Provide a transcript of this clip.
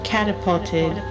Catapulted